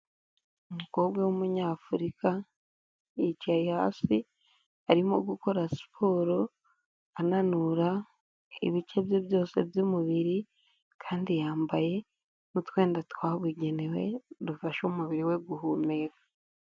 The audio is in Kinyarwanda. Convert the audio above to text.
Umukobwa w'umunyafurika yicaye hasi arimo gukora siporo ananura ibice bye byose byumubiri kandi yambaye n'utwenda twabugenewe dufasha umubiri we guhumeka.